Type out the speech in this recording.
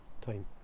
time